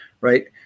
Right